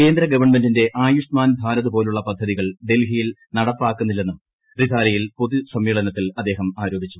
കേന്ദ്ര ഗവൺമെന്റിന്റെ ആയുഷ്മാൻ ഭാരത് പോലുള്ള പദ്ധതികൾ ഡൽഹിയിൽ നടപ്പാക്കുന്നില്ലെന്നും റിതാലയിൽ പൊതു സമ്മേളനത്തിൽ അദ്ദേഹം ആരോപിച്ചു